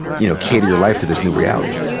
you know, cater your life to this new reality?